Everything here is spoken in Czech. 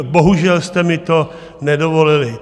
Bohužel jste mi to nedovolili.